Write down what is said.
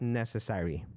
necessary